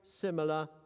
similar